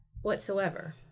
whatsoever